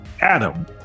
Adam